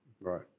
Right